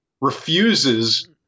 refuses